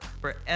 Forever